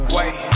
Wait